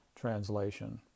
translation